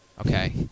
Okay